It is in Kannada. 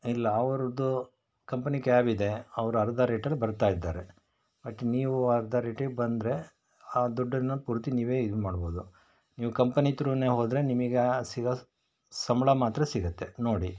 ಇಲ್ಲ ಅವರ್ದು ಕಂಪನಿ ಕ್ಯಾಬ್ ಇದೆ ಅವ್ರು ಅರ್ಧ ರೇಟಲ್ಲಿ ಬರ್ತಾ ಇದ್ದಾರೆ ಬಟ್ ನೀವೂ ಅರ್ಧ ರೇಟಿಗೆ ಬಂದರೆ ಆ ದುಡ್ಡನ್ನು ಪೂರ್ತಿ ನೀವೇ ಯೂಸ್ ಮಾಡ್ಬೌದು ನೀವು ಕಂಪನಿ ತ್ರೂನೇ ಹೋದರೆ ನಿಮಗೆ ಸಿಗೋ ಸಂಬಳ ಮಾತ್ರ ಸಿಗತ್ತೆ ನೋಡಿ